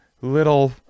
little